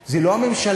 החברות, זה לא הממשלה.